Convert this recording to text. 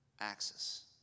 axis